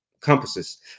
compasses